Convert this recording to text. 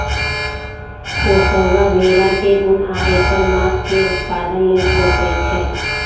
पोशौआ भेड़ा के उन आ ऐकर मास के उत्पादन लेल पोशइ छइ